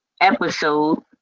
episode